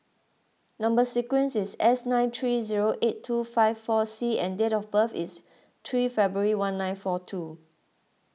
Number Sequence is S nine three zero eight two five four C and date of birth is three February one nine four two